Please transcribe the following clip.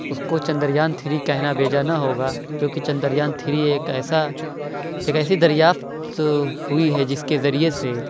اُس کو چندریان تھری کہنا بیجانہ ہوگا کیونکہ چندریان تھری ایک ایسا ایک ایسی دریافت ہوئی ہے جس کے ذریعے سے